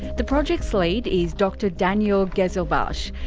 the project's lead is dr daniel ghezelbash.